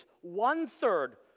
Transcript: one-third